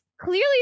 clearly